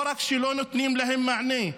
לא רק שלא נותנים להם מענה,